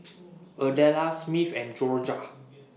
Adela Smith and Jorja